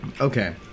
Okay